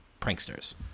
pranksters